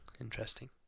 Interesting